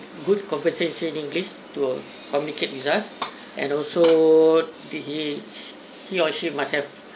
good conversation in english to communicate with us and also be he he or she must have